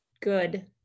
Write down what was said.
good